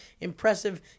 Impressive